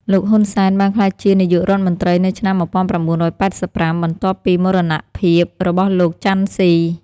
លោក ហ៊ុន សែន បានក្លាយជានាយករដ្ឋមន្ត្រីនៅឆ្នាំ ១៩៨៥ បន្ទាប់ពីមរណភាពរបស់លោក ចាន់ ស៊ី។